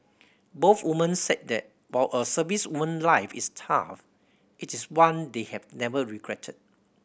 both women said that while a servicewoman life is tough it is one they have never regretted